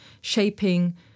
shaping